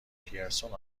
پیرسون